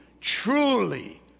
truly